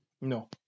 No